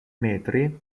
metri